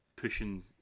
pushing